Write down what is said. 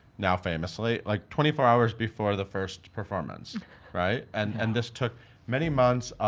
now famously, like twenty four hours before the first performance right? and and this took many months.